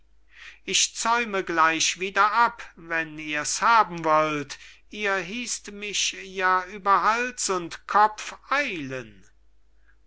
ich zäume gleich wieder ab wenn ihr's haben wollt ihr hießt mich ja über hals und kopf eilen